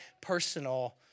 personal